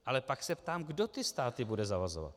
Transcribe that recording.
Ale pak se ptám, kdo ty státy bude zavazovat.